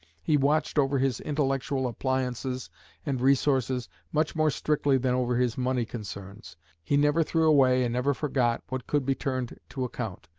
he watched over his intellectual appliances and resources much more strictly than over his money concerns. he never threw away and never forgot what could be turned to account.